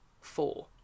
Four